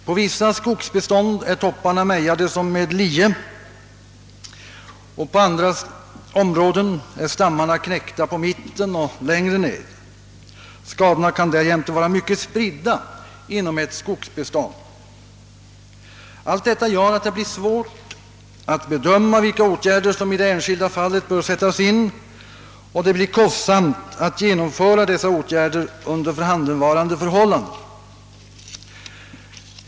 På vissa skogsbestånd är topparna mejade som med lie och på andra områden är stammarna knäckta på mitten och längre ned. Skadorna kan därjämte vara mycket spridda inom ett skogsbestånd. Allt detta gör att det blir svårt att bedöma vilka åtgärder som i det enskilda fallet bör sättas in, och det blir kostsamt att genomföra dessa åtgärder under förhandenvarande förhållanden.